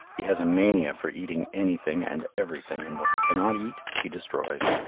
he has a mania for eating anything and everything, and what he cannot eat, he destroys.